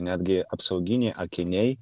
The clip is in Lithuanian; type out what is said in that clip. netgi apsauginiai akiniai